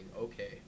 okay